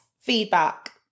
feedback